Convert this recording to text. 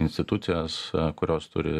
institucijas kurios turi